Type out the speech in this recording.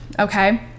okay